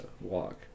walk